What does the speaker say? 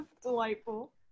delightful